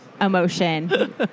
emotion